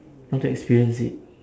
want to experience it